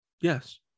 Yes